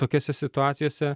tokiose situacijose